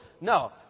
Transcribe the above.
No